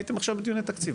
הייתם עכשיו בדיוני תקציב,